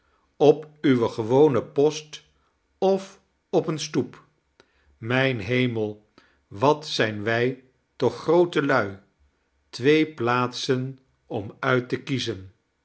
op uwe gewone post of op een stoep mijn hemel wat zijn wij toch groote lui twee plaaftsen om uit te kiezen